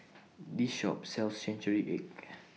This Shop sells Century Egg